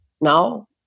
now